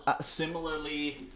Similarly